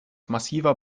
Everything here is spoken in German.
massiver